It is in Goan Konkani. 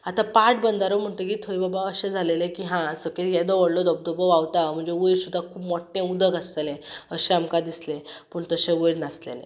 आतां पाट बंदारो म्हणटगीर थंय बाबा अशें जालेलें की हा सकयल येदो व्हडलो धबधबो व्हांवता म्हणजे वयर सुद्दां खूब मोट्टें उदक आसतलें अशें आमकां दिसलें पूण तशें वयर नासलेलें